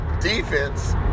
defense